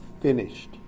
finished